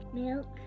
milk